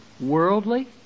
worldly